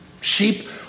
Sheep